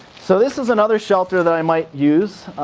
so this is another shelter that i might use.